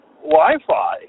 Wi-Fi